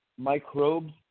microbes